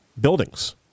buildings